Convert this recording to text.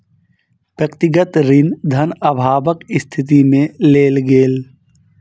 व्यक्तिगत ऋण धन अभावक स्थिति में लेल गेल